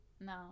No